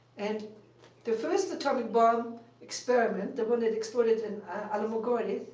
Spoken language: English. and the first atomic bomb experiment the one that exploded in alamogordo,